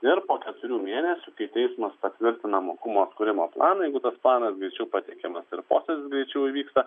ir po keturių mėnesių kai teismas patvirtina mokumo atkūrimo planą planas greičiau pateikiamas ir posėdis greičiau įvyksta